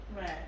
Right